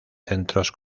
centros